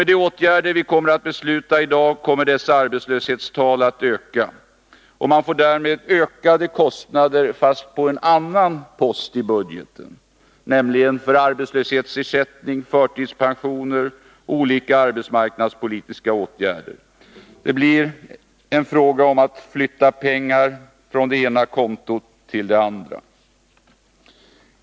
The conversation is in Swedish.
Med de åtgärder vi kommer att besluta i dag kommer dessa arbetslöshetstal att öka, och man får därmed ökade kostnader, fast på en annan post i budgeten, nämligen för arbetslöshetsersättning, förtidspensioner och olika arbetsmarknadspolitiska åtgärder. Det blir en fråga om att flytta pengar från det ena kontot till det andra.